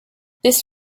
this